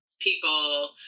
people